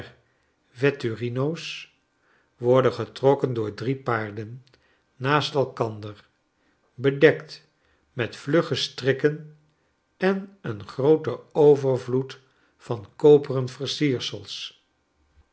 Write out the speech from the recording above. der vetturino's worden getrokken door drie paarden naast elkander bedekt met vlugge strikken en een grooten overvloed van koperen